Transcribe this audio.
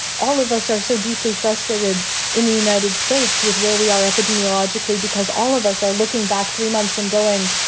all of us are so deeply frustrated in the united states with where we are epidemiologically because all of us are looking back three months and going.